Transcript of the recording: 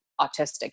autistic